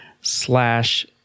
slash